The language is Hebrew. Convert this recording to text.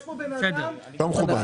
לא מכובד.